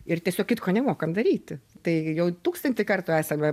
ir tiesiog kitko nemokam daryti tai jau tūkstantį kartų esame